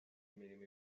imirimo